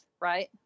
right